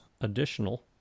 additional